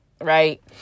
right